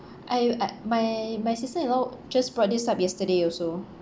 I my my sister you know just brought this up yesterday also